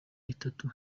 itatu